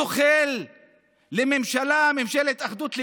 זוחל לממשלה, ממשלת אחדות לאומית.